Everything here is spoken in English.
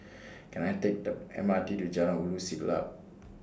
Can I Take The M R T to Jalan Ulu Siglap